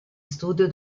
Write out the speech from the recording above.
studio